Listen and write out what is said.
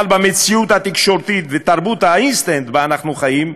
אבל במציאות התקשורתית ובתרבות האינסטנט שבה אנחנו חיים,